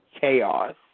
chaos